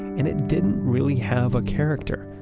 and it didn't really have a character.